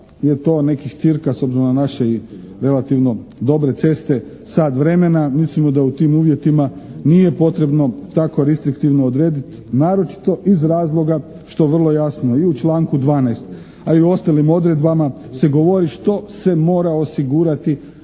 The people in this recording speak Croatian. da je to nekih cirka, s obzirom na naše i relativno dobre ceste sat vremena, mislimo da u tim uvjetima nije potrebno tako ristriktivno odrediti naročito iz razloga što vrlo jasno i u članku 12., a i u ostalim odredbama se govori što se mora osigurati